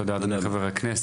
תודה, אדוני, חבר הכנסת.